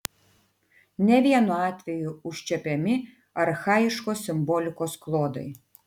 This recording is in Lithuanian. ne vienu atveju užčiuopiami archaiškos simbolikos klodai